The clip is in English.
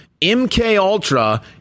MKUltra